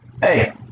Hey